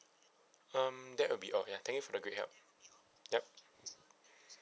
um that will be all ya thank you for the great help yup